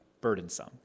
burdensome